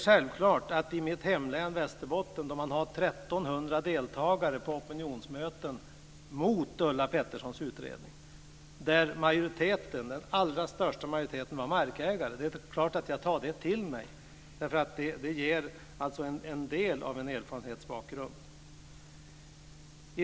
När man i mitt län, Västerbottens län, har 1 300 deltagare på opinionsmöten mot Ulla Petterssons utredning och den allra största majoriteten är markägare är det klart att jag tar till mig det. Det ger ju en del av erfarenhetsbakgrunden.